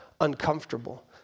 uncomfortable